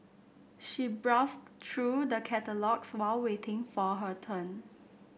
she browsed through the catalogues while waiting for her turn